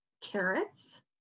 carrots